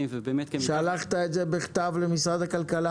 --- שלחת את זה בכתב למשרד הכלכלה?